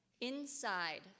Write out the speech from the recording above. Inside